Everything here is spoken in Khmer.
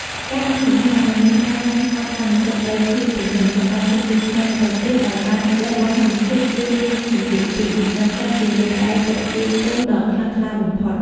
ការអនុញ្ញាតឱ្យមានការកាន់កាប់ "កម្មសិទ្ធិដីធ្លីពេញលេញ" សម្រាប់ជនជាតិខ្មែរនៅបរទេស (ដែលបានលះបង់សញ្ជាតិ ឬមានសញ្ជាតិពីរ) នឹងក្លាយជាមេដែកទាក់ទាញទុនដ៏ខ្លាំងក្លាបំផុត។